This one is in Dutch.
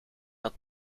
dat